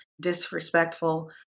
disrespectful